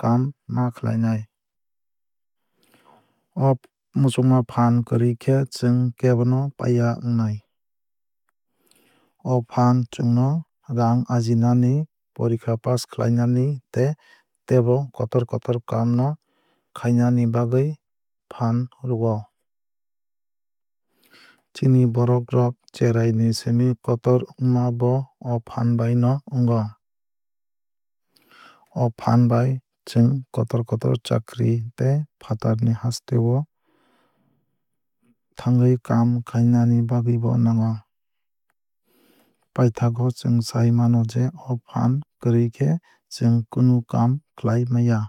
kaam ma khlainai. O muchungma phaan kwrwui khe chwng kebo no paiya wngnai. O phaan chwng no raang ajinani porokha pass khlainani tei tebo kotor kotor kaam o khaina bagwui phhan rwio. Chini borok rok cherrai ni simi kotor wngma bo o phaan bai no wngo. O phaan bai chwng kotor kotor chakri tei fatarni haste o thangwui kaam khaina bagwui bo nango. Paithago chwng sai mano je o phhan kwrwui khe chwng kunu kaam khlai manya.